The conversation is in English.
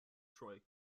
troy